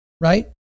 Right